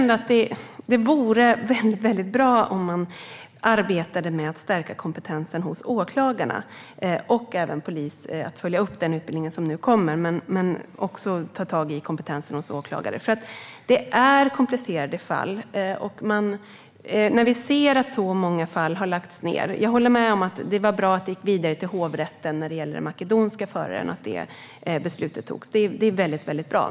Det vore väldigt bra om man arbetade med att stärka kompetensen hos åklagare och även hos polis och med att följa upp den utbildning som nu kommer, för fallen är komplicerade. Vi ser ju hur så många fall har lagts ned. Jag håller med om att det var bra att fallet med den makedonska föraren gick vidare för beslut i hovrätten.